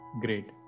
Great